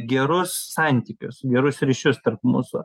gerus santykius gerus ryšius tarp mūsų